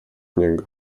niego